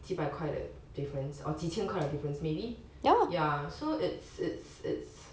几百块的 difference or 几千块的 difference maybe ya ya so it's it's it's